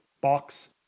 box